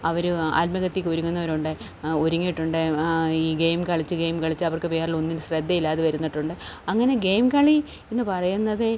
അവർ ആത്മഹത്യയ്ക്ക് ഒരുങ്ങുന്നവരുമുണ്ട് ഒരുങ്ങിയിട്ടുണ്ട് ഈ ഗെയിം കളിച്ചു ഗെയിം കളിച്ചു അവർക്ക് വേറെ ഒന്നിലും ശ്രദ്ധയില്ലാതെ വന്നിട്ടുണ്ട് അങ്ങനെ ഗെയിം കളി എന്നു പറയുന്നത്